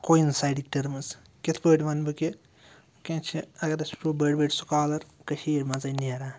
کو اِنسایڈِٕک ٹٔرمٕز کِتھ پٲٹھۍ وَنہٕ بہٕ کہِ وٕنۍکٮ۪نَس چھِ اگر أسۍ وٕچھو بٔڑۍ بٔڑۍ سکالَر کٔشیٖر منٛزے نیران